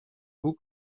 vous